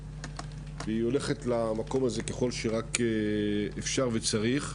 והולכת למקום הזה ככל שרק אפשר וצריך.